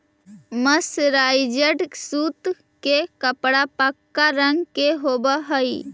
mercerised सूत के कपड़ा पक्का रंग के होवऽ हई